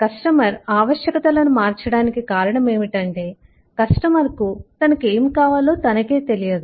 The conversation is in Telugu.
కస్టమర్ ఆవశ్యకతలను మార్చడానికి కారణమేమిటంటే కస్టమర్కు తనకు ఏమి కావాలో తనకే తెలియదు